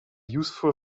useful